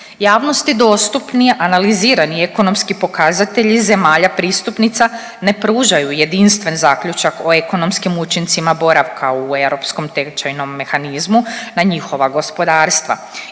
Javnosti dostupni analizirani ekonomski pokazatelji zemalja pristupnica ne pružaju jedinstven zaključak o ekonomskim učincima boravka u europskom tečajnom mehanizmu na njihova gospodarstva.